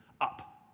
up